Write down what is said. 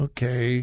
Okay